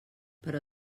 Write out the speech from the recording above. però